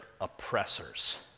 oppressors